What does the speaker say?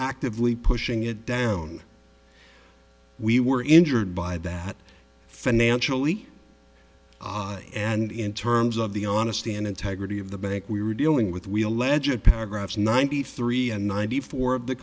actively pushing it down we were injured by that financially and in terms of the honesty and integrity of the bank we were dealing with we allege of paragraphs ninety three and ninety four of the